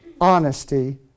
honesty